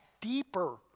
deeper